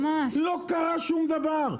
לא קרה שום דבר.